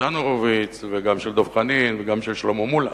ניצן הורוביץ, וגם של דב חנין, וגם של שלמה מולה,